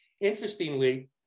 Interestingly